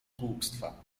głupstwa